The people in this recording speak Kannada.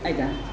ಆಯಿತಾ